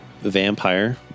vampire